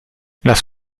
las